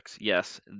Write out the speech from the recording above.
Yes